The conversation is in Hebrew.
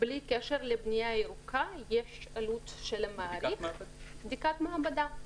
בלי קשר לבנייה ירוקה יש עלות של המעריך ובדיקת מעבדה.